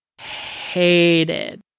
hated